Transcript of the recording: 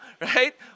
Right